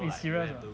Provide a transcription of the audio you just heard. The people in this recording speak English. eh serious ah